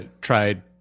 tried